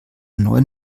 neuen